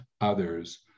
others